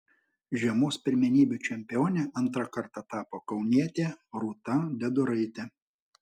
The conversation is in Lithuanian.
žiemos pirmenybių čempione antrą kartą tapo kaunietė rūta deduraitė